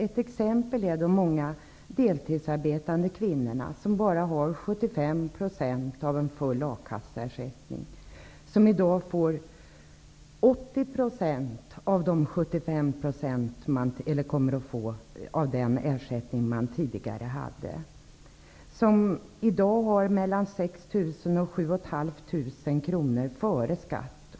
Ett exempel är de många deltidsarbetande kvinnor som bara har 75 % av en full a-kasseersättning. De kommer att få 80 % av den ersättning de tidigare hade. I dag har de 6 000--7 500 kronor före skatt.